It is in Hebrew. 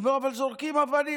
הוא אומר: אבל זורקים אבנים.